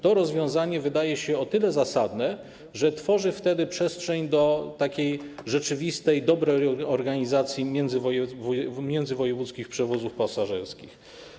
To rozwiązanie wydaje się o tyle zasadne, że tworzy wtedy przestrzeń do rzeczywistej, dobrej organizacji międzywojewódzkich przewozów pasażerskich.